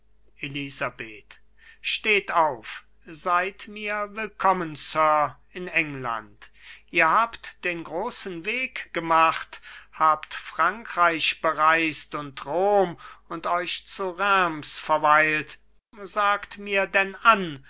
elisabeth steht auf seid mir willkommen sir in england ihr habt den großen weg gemacht habt frankreich bereist und rom und euch zu reims verweilt sagt mir denn an